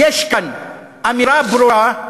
יש כאן אמירה ברורה,